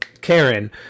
Karen